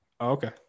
Okay